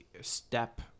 step